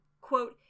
quote